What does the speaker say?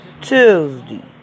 Tuesday